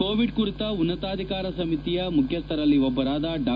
Covid ಕುರಿತ ಉನ್ನತಾಧಿಕಾರ ಸಮಿತಿಯ ಮುಖ್ಯಸ್ಥರಲ್ಲಿ ಒಬ್ಬರಾದ ಡಾ